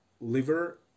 liver